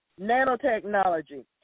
nanotechnology